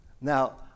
Now